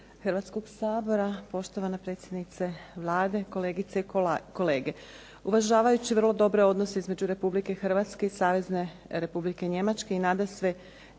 Hrvatskoga sabora, poštovana predsjednice Vlade, kolegice i kolege. Uvažavajući vrlo dobre odnose između Republike Hrvatske i Savezne Republike Njemačke, i nadasve